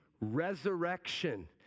resurrection